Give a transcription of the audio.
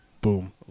Boom